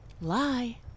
Lie